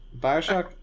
Bioshock